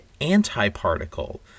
antiparticle